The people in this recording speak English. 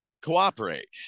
cooperate